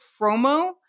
promo